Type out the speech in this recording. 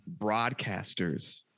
broadcasters